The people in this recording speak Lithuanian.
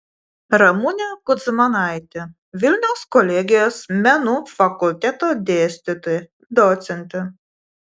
ramunė kudzmanaitė vilniaus kolegijos menų fakulteto dėstytoja docentė